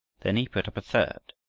then he put up a third,